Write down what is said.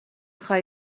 خوای